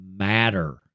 Matter